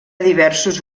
diversos